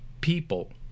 people